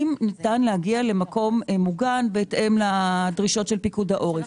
אם ניתן להגיע למקום מוגן בהתאם לדרישות של פיקוד העורף.